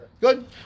Good